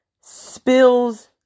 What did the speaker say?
spills